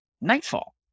nightfall